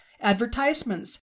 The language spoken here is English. advertisements